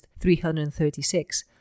336